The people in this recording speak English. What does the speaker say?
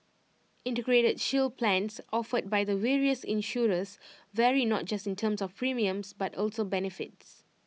integrated shield plans offered by the various insurers vary not just in terms of premiums but also benefits